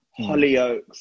Hollyoaks